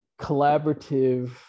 collaborative